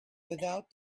without